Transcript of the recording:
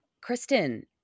Kristen